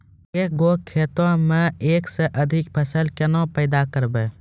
एक गो खेतो मे एक से अधिक फसल केना पैदा करबै?